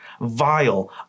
vile